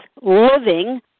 living